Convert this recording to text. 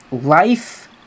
life